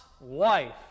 wife